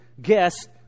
guest